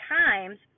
times